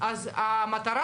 הם ממשיכים לעבוד.